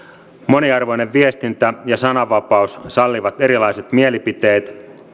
moniarvoinen viestintä ja sananvapaus sallivat erilaiset mielipiteet